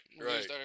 Right